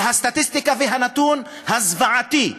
והסטטיסטיקה והנתון הזוועתי,